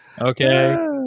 Okay